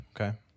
Okay